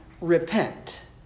repent